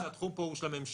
התחום פה הוא של הממשלה.